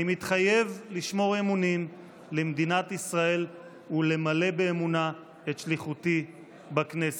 אני מתחייב לשמור אמונים למדינת ישראל ולמלא באמונה את שליחותי בכנסת.